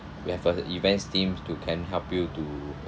we have a events teams to can help you to